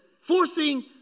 Forcing